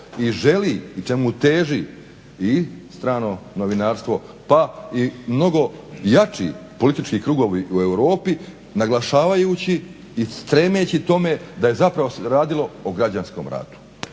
i želi i čemu teži i strano novinarstvo pa i mnogo jači politički krugovi u Europi naglašavajući i stremeći tome da je zapravo se radilo o građanskom ratu.